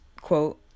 quote